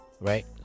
right